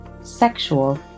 sexual